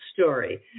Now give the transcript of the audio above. story